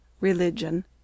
Religion